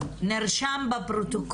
הערות.